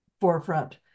forefront